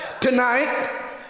tonight